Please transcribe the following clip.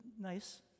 nice